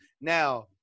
Now